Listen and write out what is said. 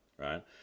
Right